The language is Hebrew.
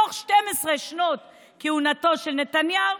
מתוך 12 שנות כהונתו של נתניהו,